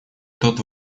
тот